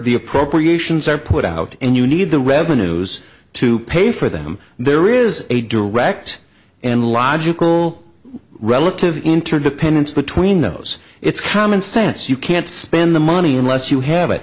the appropriations are put out and you need the revenues to pay for them there is a direct and logical relative interdependence between those it's common sense you can't spend the money unless you have